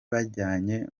bajyanye